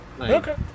Okay